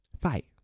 fight